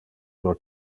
pro